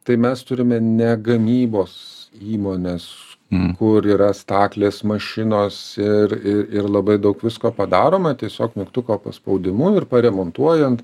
tai mes turime ne gamybos įmones kur yra staklės mašinos ir ir ir labai daug visko padaroma tiesiog mygtuko paspaudimu ir paremontuojant